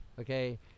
okay